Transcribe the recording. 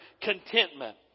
contentment